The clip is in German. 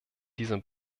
diesem